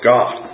God